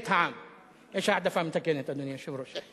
יש העדפה מתקנת, אדוני היושב-ראש.